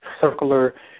circular